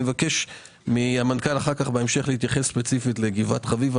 אבקש מהמנכ"ל אחר כך להתייחס לגבעת חביבה.